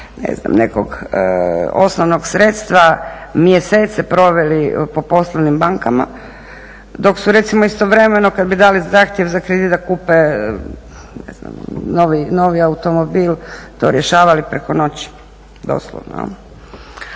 nekog osnovnog sredstva mjesece proveli po poslovnim bankama. Dok su recimo istovremeno kad bi dali zahtjev za kredit da kupe ne znam novi automobil to rješavali preko noći, doslovno.